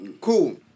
cool